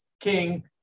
king